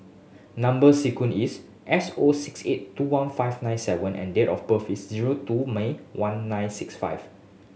number sequence is S O six eight two one five nine seven and date of birth is zero two May one nine six five